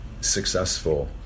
successful